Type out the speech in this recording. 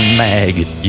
maggot